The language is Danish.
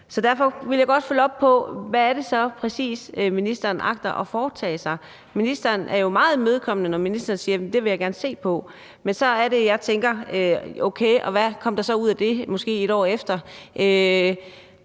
Derfor vil jeg godt følge op på, hvad det så præcis er, ministeren agter at foretage sig. Ministeren er jo meget imødekommende, når ministeren siger, at det vil han gerne se på. Men så er det, jeg måske et år efter tænker: Okay, og hvad kom der så ud af det? Er der et